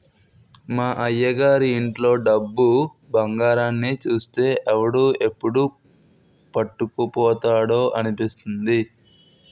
మా అయ్యగారి ఇంట్లో డబ్బు, బంగారాన్ని చూస్తే ఎవడు ఎప్పుడు పట్టుకుపోతాడా అనిపిస్తుంది